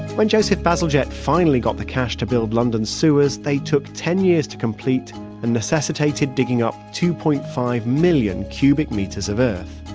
when joseph bazalgette finally got the cash to build london's sewers, they took ten years to complete and necessitated digging up two point five million cubic meters of earth.